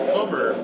Summer